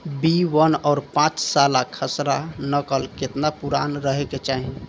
B one और पांचसाला खसरा नकल केतना पुरान रहे के चाहीं?